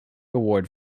award